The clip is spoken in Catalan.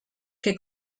que